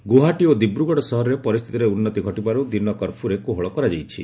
ଗୁଆହାଟୀ ଓ ଦ୍ରିବୁଗଡ଼ ସହରରେ ପରିସ୍ଥିତିରେ ଉନ୍ନତି ଘଟିବାରୁ ଦିନ କର୍ଫ୍ୟୁରେ କୋହଳ କରାଯାଇଛି